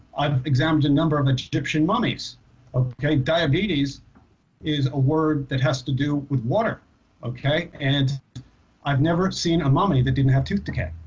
i've examined a number of egyptian mummies okay diabetes is a word that has to do with water okay and i've never seen a mommy that didn't have tooth decay.